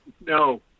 No